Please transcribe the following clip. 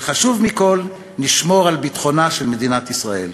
וחשוב מכול, נשמור על ביטחונה של מדינת ישראל.